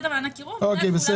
אוקיי.